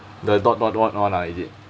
the dot dot what [one] ah is it